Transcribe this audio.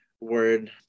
word